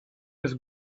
his